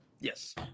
Yes